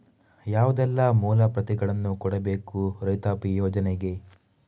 ಯಾವುದೆಲ್ಲ ಮೂಲ ಪ್ರತಿಗಳನ್ನು ಕೊಡಬೇಕು ರೈತಾಪಿ ಯೋಜನೆಗೆ?